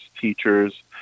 teachers